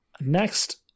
next